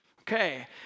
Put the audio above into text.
Okay